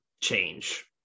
change